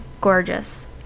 gorgeous